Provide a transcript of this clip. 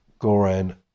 Goran